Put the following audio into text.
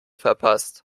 verpasst